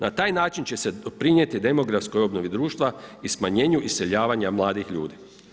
Na taj način će se doprinijeti demografskoj obnovi društva i smanjenju iseljavanja mladih ljudi.